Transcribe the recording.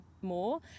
more